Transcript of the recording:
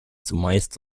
zumeist